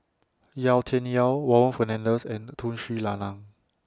Yau Tian Yau Warren Fernandez and Tun Sri Lanang